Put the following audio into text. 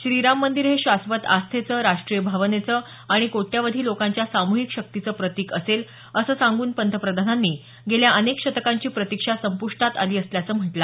श्रीराम मंदीर हे शाश्वत आस्थेचं राष्ट्रीय भावनेचं आणि कोट्यवधी लोकांच्या सामुहिक शक्तीचं प्रतीक असेल असं सांगून पंतप्रधानांनी गेल्या अनेक शतकांची प्रतिक्षा संपुष्टात आली असल्याचं म्हटलं